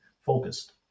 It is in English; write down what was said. focused